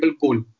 goal